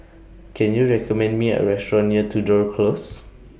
Can YOU recommend Me A Restaurant near Tudor Close